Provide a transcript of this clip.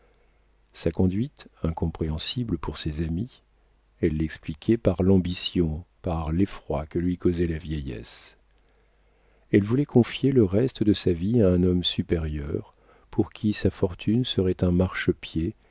sa conduite incompréhensible pour ses amis elle l'expliquait par l'ambition par l'effroi que lui causait la vieillesse elle voulait confier le reste de sa vie à un homme supérieur pour qui sa fortune serait un marchepied